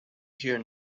here